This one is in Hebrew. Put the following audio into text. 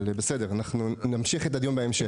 אבל נמשיך את הדיון בהמשך.